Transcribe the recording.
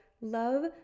love